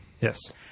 Yes